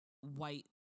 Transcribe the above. white